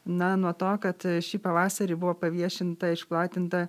na nuo to kad šį pavasarį buvo paviešinta išplatinta